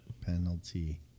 Penalty